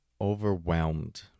overwhelmed